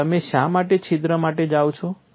અને તમે શા માટે છિદ્ર માટે જાઓ છો